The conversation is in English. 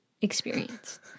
experience